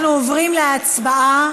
אנחנו עוברים להצבעה.